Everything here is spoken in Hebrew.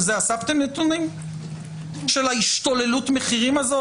על זה אספתם נתונים של השתוללות המחירים הזאת?